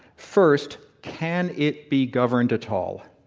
first, can it be governed at all?